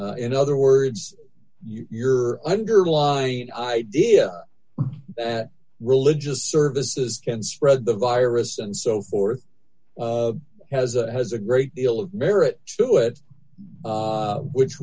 in other words your underlying idea that religious services can spread the virus and so forth has a has a great deal of merit to it which